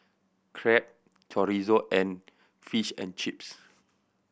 Crepe Chorizo and Fish and Chips